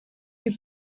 you